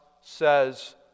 says